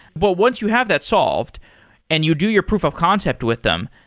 but once you have that solved and you do your proof of concept with them.